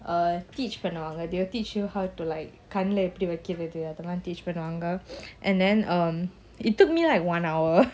uh teach பண்ணுவாங்க:pannuvanga they will teach you how to like கண்ணுலஎப்படிவைக்குறதுஅப்டிலாம்:kannula epdi vaikurathu apdilam teach பண்ணுவாங்க:pannuvanga and then um it took me like one hour